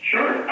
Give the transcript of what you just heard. Sure